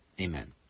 Amen